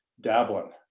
dabbling